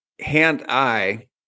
hand-eye